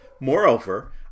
Moreover